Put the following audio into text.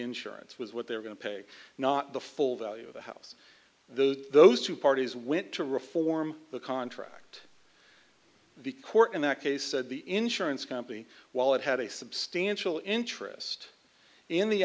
insurance was what they're going to pay not the full value of the house though those two parties went to reform the contract the court in that case said the insurance company while it had a substantial interest in the